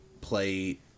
play